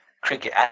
cricket